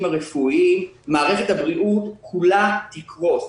הרפואיים מערכת הבריאות כולה תקרוס.